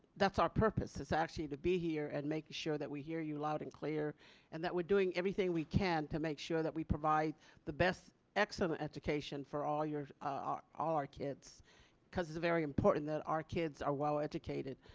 that's our purpose is actually to be here and make sure that we hear you loud and clear and that we're doing everything we can to make sure that we provide the best excellent education for all your are our kids because it's very important that our kids are well educated.